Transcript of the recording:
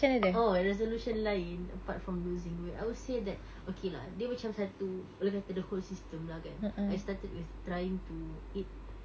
oh resolution lain apart from losing weight I would say that okay lah dia macam satu we have to look at the whole system lah kan I started with trying to eat